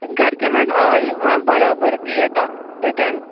گَرِکٮ۪ن حظ آیہِ وَ بَرابَربٔدی تَتھ سۭتۍ